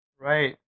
Right